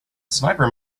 sniper